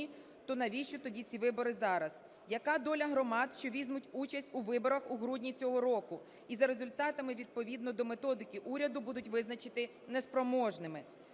то навіщо тоді ці вибори зараз? Яка доля громад, що візьмуть участь у виборах у грудні цього року? І за результатами відповідно до методики уряду будуть визначені неспроможними.